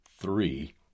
three